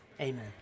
Amen